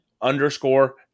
underscore